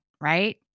Right